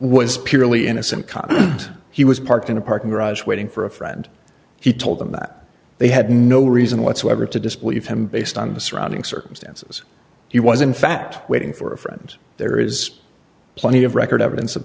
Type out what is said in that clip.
was purely innocent calm and he was parked in a parking garage waiting for a friend he told them that they had no reason whatsoever to disbelieve him based on the surrounding circumstances he was in fact waiting for and there is plenty of record evidence of